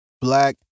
black